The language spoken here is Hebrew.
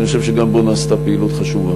כי אני חושב שגם בו נעשתה פעילות חשובה.